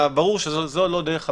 ברור שזו לא דרך המלך.